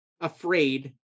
afraid